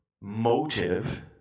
motive